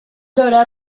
dora